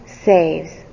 Saves